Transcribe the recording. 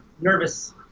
nervous